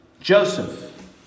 Joseph